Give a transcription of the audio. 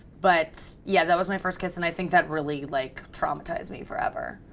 but yeah, that was my first kiss and i think that really like traumatized me forever.